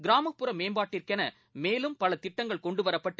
கிராமப்புற மேம்பாட்டிற்கெனமேலும் பலதிட்டங்கள் கொண்டுவரப்பட்டு